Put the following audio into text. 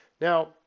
Now